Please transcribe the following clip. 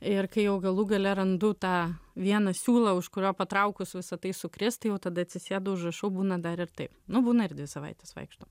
ir kai jau galų gale randu tą vieną siūlą už kurio patraukus visa tai sukris tai jau tada atsisėdu užrašau būna dar ir taip nu būna ir dvi savaites vaikštau